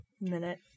minute